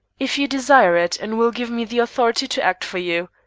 if you desire it and will give me the authority to act for you,